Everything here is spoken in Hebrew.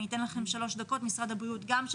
אני אתן לכם שלוש דקות וגם למשרד הבריאות,